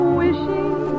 wishing